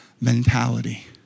mentality